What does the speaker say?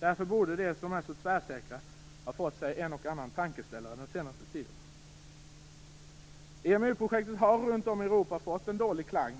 Därför borde de som är så tvärsäkra ha fått sig en och annan tankeställare den senaste tiden. EMU-projektet har runt om i Europa fått en dålig klang,